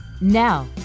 Now